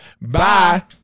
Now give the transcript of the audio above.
bye